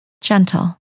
gentle